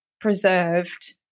preserved